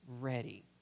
ready